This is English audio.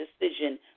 decision